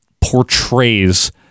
portrays